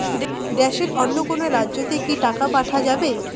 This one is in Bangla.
দেশের অন্য কোনো রাজ্য তে কি টাকা পাঠা যাবে?